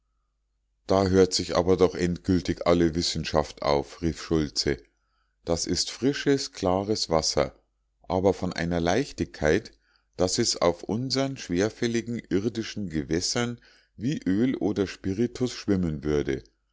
da hört sich aber doch endgültig alle wissenschaft auf rief schultze das ist frisches klares wasser aber von einer leichtigkeit daß es auf unsern schwerfälligen irdischen gewässern wie öl oder spiritus schwimmen würde